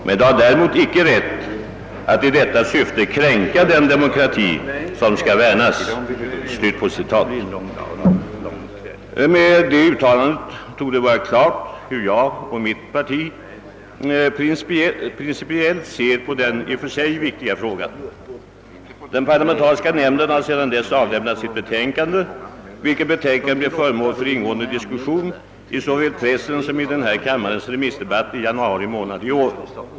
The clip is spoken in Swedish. Men de har däremot icke rätt att i detta syfte kränka den demokrati som skall värnas.» Med detta uttalande torde det stå klart hur jag och mitt parti principiellt ser på denna i och för sig viktiga fråga. Den parlamentariska nämnden har sedan dess avlämnat sitt betänkande, vilket blev föremål för ingående diskussion i såväl pressen som i denna kammares remissdebatt i januari månad i år.